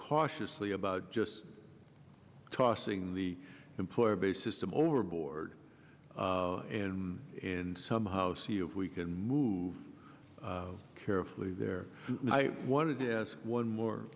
cautiously about just tossing the employer based system overboard and somehow see if we can move carefully there and i wanted to ask one more